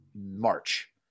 March